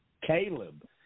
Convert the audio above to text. Caleb